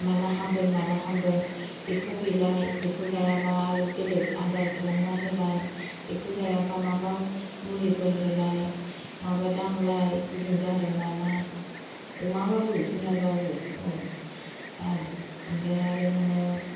माला हामगोन माला हामगोन बेखौ हैलाय बेखौ जायाबा आरो बेलेग आदार खालामना होलाय बेखौ जायाबा माबा मुलिफोर होलाय माबा दांलाय गुदुं जादों नामा अमाबाबो जुनारबाबो औ औ ओमफ्राइ आरो नोङो